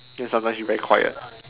then sometimes you very quiet